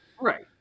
Right